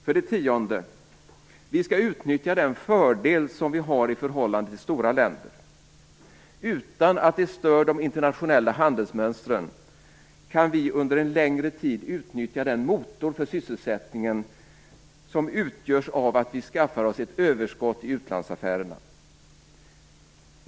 För det tionde skall vi utnyttja den fördel som vi har i förhållande till stora länder. Utan att det stör de internationella handelsmönstren kan vi under en längre tid utnyttja den motor för sysselsättningen som utgörs av att vi skaffar oss ett överskott i utlandsaffärerna.